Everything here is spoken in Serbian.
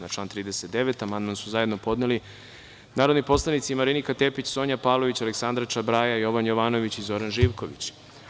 Na član 39. amandman su zajedno podneli narodni poslanici Marinika Tepić, Sonja Pavlović, Aleksandra Čabraja, Jovan Jovanović i Zoran Živković.